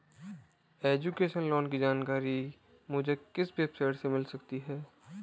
Education loan की जानकारी मुझे किस वेबसाइट से मिल सकती है?